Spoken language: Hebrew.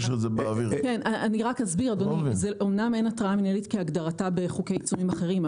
אמנם אין התראה מינהלית כהגדרתה בחוקי עיצומים אחרים,